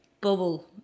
bubble